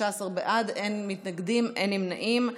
11 בעד, אין מתנגדים, אין נמנעים.